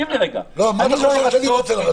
את מי אתה חושב שאני רוצה לרצות?